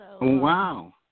Wow